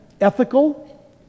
ethical